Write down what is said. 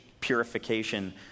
purification